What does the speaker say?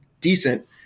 decent